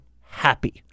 Happy